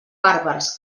bàrbars